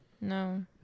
No